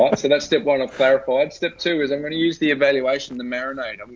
ah so that's step one of clarify. step two is i'm going to use the evaluation. the marinade.